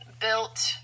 built